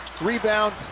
Rebound